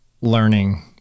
learning